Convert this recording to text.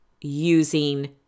using